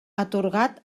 atorgat